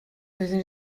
doeddwn